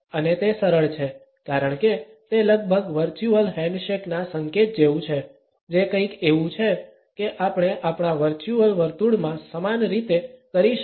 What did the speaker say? અને તે સરળ છે કારણ કે તે લગભગ વર્ચ્યુઅલ હેન્ડશેક ના સંકેત જેવું છે જે કંઈક એવું છે કે આપણે આપણા વર્ચ્યુઅલ વર્તુળમાં સમાન રીતે કરી શકતા નથી